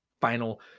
final